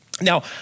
Now